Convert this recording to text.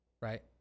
right